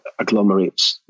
agglomerates